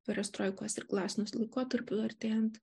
perestroikos ir glasnost laikotarpiui artėjant